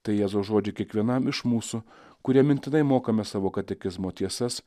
tai jėzaus žodžiai kiekvienam iš mūsų kurie mintinai mokame savo katekizmo tiesas